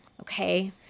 Okay